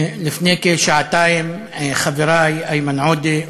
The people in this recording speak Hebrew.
לפני כשעתיים חברי איימן עודה,